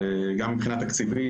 גם מבחינה תקציבית,